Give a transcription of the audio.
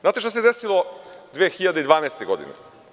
Znate šta se desilo 2012. godine?